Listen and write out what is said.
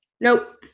Nope